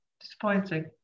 Disappointing